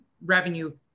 revenue